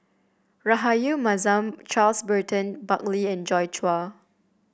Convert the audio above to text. Rahayu Mahzam Charles Burton Buckley and Joi Chua